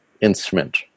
instrument